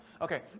Okay